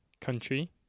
Country